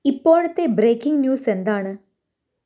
ഇപ്പോഴത്തെ breaking news എന്താണ്